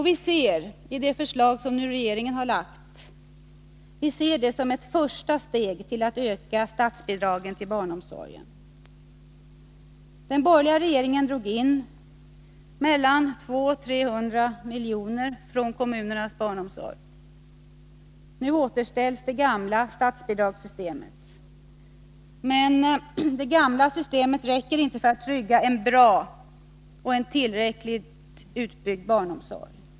Vi ser det förslag som regeringen nu har framlagt som ett första steg för att öka statsbidragen till barnomsorgen. Men det gamla systemet räcker inte för att trygga en bra och tillräckligt utbyggd barnomsorg.